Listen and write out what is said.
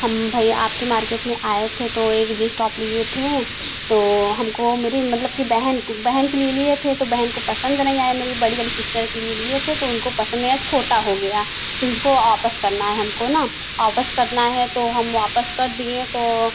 हम भैया आपके मार्केट मार्केट में आए थे तो एक जींस टौप लिए थे तो हमको मेरी मतलब कि बहन को बहन के लिए लिए थे तो बहन को पसंद नहीं आया मेरी बड़ी वाली सिस्टर के लिए लिए थे तो उनको पसंद नहीं आया छोटा हो गया तो उसको आपस करना है हमको ना वापस करना है तो हम वापस कर दिए तो